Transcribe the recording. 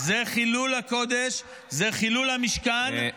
מה זה להאשים את הייעוץ המשפטי של הכנסת?